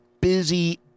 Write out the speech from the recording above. busy